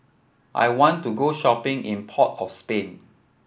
I want to go shopping in Port of Spain